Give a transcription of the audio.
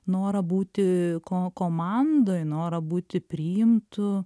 norą būti ko komandoj norą būti priimtu